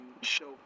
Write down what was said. show